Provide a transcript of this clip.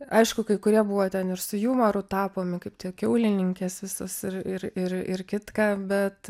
aišku kai kurie buvo ten ir su jumoru tapomi kaip tie kiaulininkės visos ir ir ir ir kitką bet